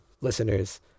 Listeners